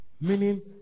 Meaning